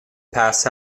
pass